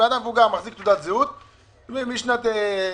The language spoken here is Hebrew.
אדם מבוגר שמחזיק תעודת זהות משנת 1990,